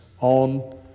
on